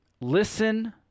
listen